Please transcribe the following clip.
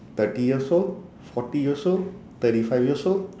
thirty years old forty years old thirty five years old